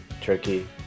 turkey